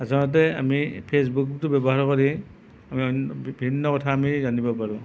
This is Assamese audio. আচলতে আমি ফেচবুকটো ব্যৱহাৰ কৰি বিভিন্ন কথা আমি জানিব পাৰোঁ